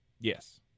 Yes